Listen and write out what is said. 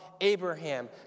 Abraham